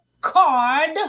card